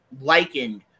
likened